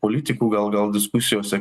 politikų gal gal diskusijose